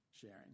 sharing